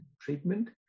treatment